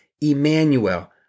Emmanuel